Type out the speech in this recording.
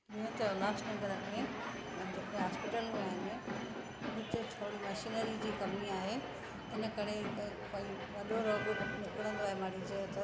ईअं त उल्हासनगर में जेके होस्पिटलूं आहिनि उते थोरी मशीनरी जी कमी आहे हिन करे वॾो रोग निकिरंदो आहे मरीज़ जो त